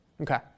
okay